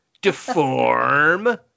deform